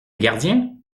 gardien